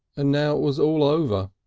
and now it was all over.